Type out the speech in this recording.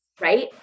right